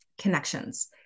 connections